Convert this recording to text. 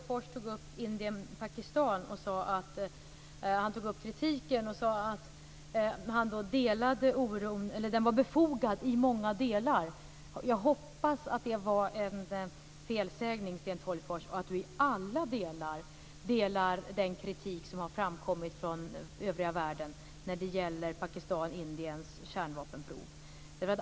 Fru talman! Sten Tolgfors tog upp kritiken mot Indien och Pakistan och sade att den var befogad i många delar. Jag hoppas att det var en felsägning, Sten Tolgfors, och att vi delar den kritik som har framkommit från övriga världen i alla delar när det gäller Pakistans och Indiens kärnvapenprov.